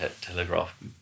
telegraph